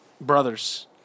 brothers